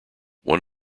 one